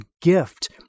gift